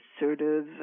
assertive